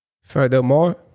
Furthermore